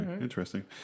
Interesting